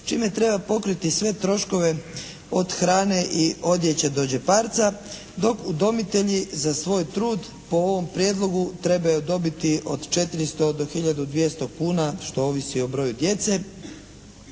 čime treba pokriti sve troškove od hrane i odjeće do đeparca, dok udomitelji za svoj trud trebaju dobiti od 400 do 1200 kuna što ovisi o broju djece,